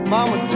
Mama